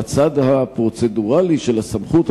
בצד הפרוצדורלי של הסמכות,